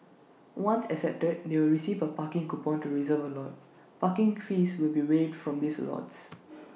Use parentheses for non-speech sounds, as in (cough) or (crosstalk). once accepted they'll receive A parking coupon to reserve A lot parking fees will be waived for these lots (noise)